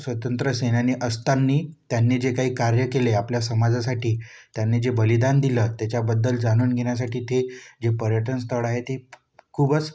स्वतंत्र सेनानी असताना त्यांनी जे काही कार्य केले आपल्या समाजासाठी त्यांनी जे बलिदान दिलं त्याच्याबद्दल जाणून घेण्यासाठी ते जे पर्यटन स्थळ आहे ते खूपच